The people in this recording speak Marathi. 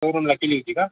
शोरुमला केली होती का